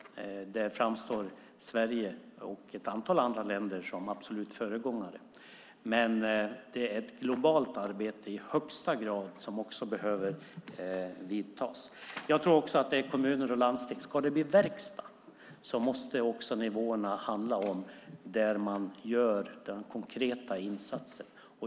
Där framstår Sverige och ett antal andra länder som föregångare. Men det är i högsta grad ett globalt arbete som också behöver göras. Jag tror också att det handlar om kommuner och landsting. Ska det bli verkstad måste det också handla om de olika nivåerna där man gör den konkreta insatsen.